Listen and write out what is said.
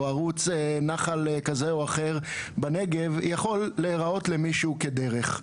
ערוץ אחר בנגב יכול להיראות למישהו כדרך.